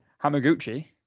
Hamaguchi